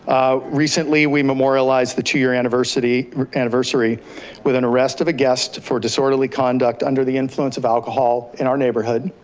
recently we memorialized the two year anniversary anniversary with an arrest of a guest for disorderly conduct under the influence of alcohol in our neighborhood,